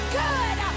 good